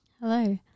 Hello